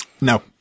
No